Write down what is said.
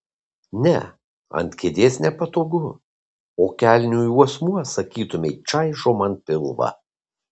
ne ant kėdės nepatogu o kelnių juosmuo sakytumei čaižo man pilvą